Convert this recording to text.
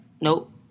nope